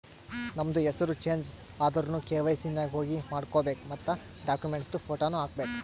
ನಮ್ದು ಹೆಸುರ್ ಚೇಂಜ್ ಆದುರ್ನು ಕೆ.ವೈ.ಸಿ ನಾಗ್ ಹೋಗಿ ಮಾಡ್ಕೋಬೇಕ್ ಮತ್ ಡಾಕ್ಯುಮೆಂಟ್ದು ಫೋಟೋನು ಹಾಕಬೇಕ್